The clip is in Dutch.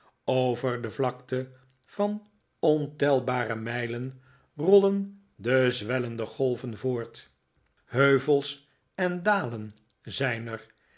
over de vlakte van ontelbare mijlen rollen de zwellende golven voort heuvels en dalen zijn er